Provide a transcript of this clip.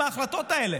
עם ההחלטות האלה.